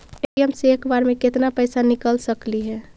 ATM से एक बार मे केत्ना पैसा निकल सकली हे?